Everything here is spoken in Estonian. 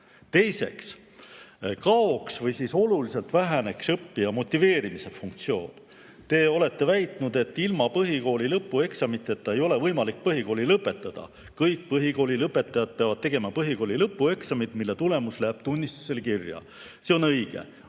kaoks või oluliselt väheneks õppija motiveerimise funktsioon. Te olete väitnud, et ilma põhikooli lõpueksamiteta ei ole võimalik põhikooli lõpetada, kõik põhikoolilõpetajad peavad tegema põhikooli lõpueksamid, mille tulemus läheb tunnistusele kirja. See on õige.